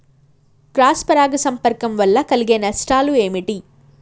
Cross పరాగ సంపర్కం వల్ల కలిగే నష్టాలు ఏమిటి?